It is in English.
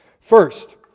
First